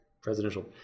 presidential